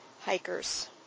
hikers